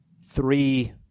three